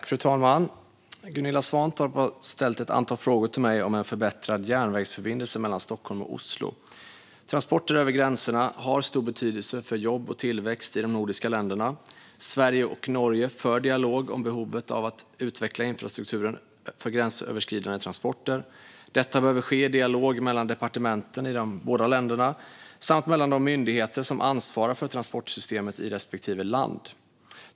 Fru talman! Gunilla Svantorp har ställt ett antal frågor till mig om en förbättrad järnvägsförbindelse mellan Stockholm och Oslo. Transporter över gränserna har stor betydelse för jobb och tillväxt i de nordiska länderna. Sverige och Norge för dialog om behovet av att utveckla infrastrukturen för gränsöverskridande transporter. Detta behöver ske i dialog mellan departementen i de båda länderna samt mellan de myndigheter som ansvarar för transportsystemet i respektive land.